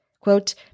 Quote